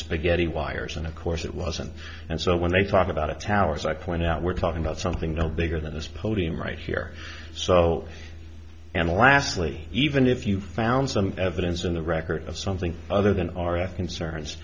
spaghetti wires and of course it wasn't and so when they talk about it towers i point out we're talking about something no bigger than this podium right here so and lastly even if you found some evidence in the record of something other than our